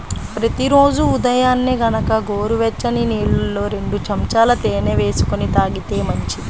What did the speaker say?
ప్రతి రోజూ ఉదయాన్నే గనక గోరువెచ్చని నీళ్ళల్లో రెండు చెంచాల తేనె వేసుకొని తాగితే మంచిది